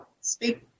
speak